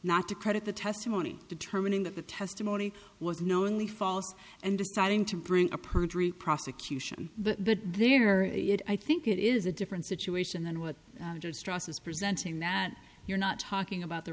not to credit the testimony determining that the testimony was knowingly false and deciding to bring a perjury prosecution the there it i think it is a different situation than what presenting that you're not talking about the